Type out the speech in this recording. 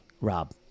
Rob